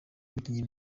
umukinnyi